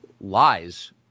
lies